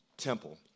temple